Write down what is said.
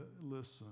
listen